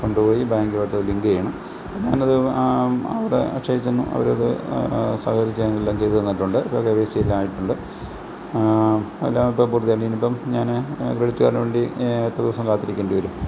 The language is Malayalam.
കൊണ്ടുപോയി ബാങ്കുമായിട്ട് ലിങ്ക് ചെയ്യണം ഞാനത് അവിടെ അക്ഷയയിൽ ചെന്നു അവരത് സഹകരിച്ച് ഞാനെല്ലാം ചെയ്തു തന്നിട്ടുണ്ട് അപ്പോൾ കെ വൈ സീ എല്ലാമായിട്ടുണ്ട് എല്ലാം ഇപ്പം കൊടുത്താൽ ഇനി ഇപ്പം ഞാൻ ക്രെഡിറ്റ് കാർഡിന് വേണ്ടി എത്ര ദിവസം കാത്തിരിക്കേണ്ടി വരും